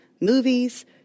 movies